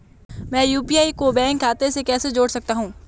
मैं यू.पी.आई को बैंक खाते से कैसे जोड़ सकता हूँ?